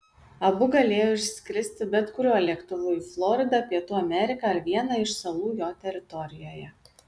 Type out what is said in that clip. abu galėjo išskristi bet kuriuo lėktuvu į floridą pietų ameriką ar vieną iš salų jo teritorijoje